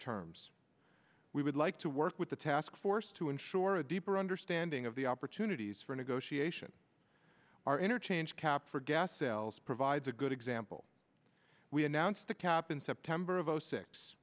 terms we would like to work with the task force to ensure a deeper understanding of the opportunities for negotiation our interchange cap for gas sales provides a good example we announced the cap in september of zero six